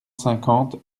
cinquante